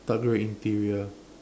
dark grey interior